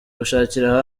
gushakira